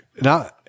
Now